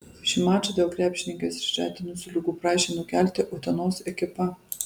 šį mačą dėl krepšininkes išretinusių ligų prašė nukelti utenos ekipa